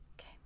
Okay